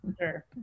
Sure